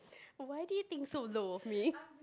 why do you think so low of me